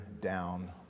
down